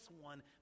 one